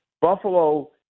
Buffalo